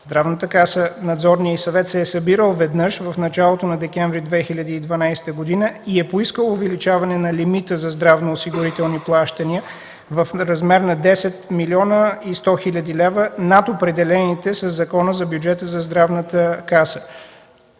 Здравната каса се е събирал веднъж в началото на декември 2012 г. и е поискал увеличаване на лимита за здравноосигурителни плащания в размер на 10 млн. 100 хи. лв. над определените със Закона за бюджета за Здравната каса.